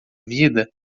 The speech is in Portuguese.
vida